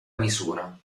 misura